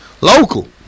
Local